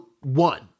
one